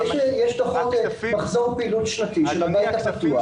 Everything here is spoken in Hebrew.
יש דוחות מחזור פעילות שנתית של הבית הפתוח